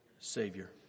Savior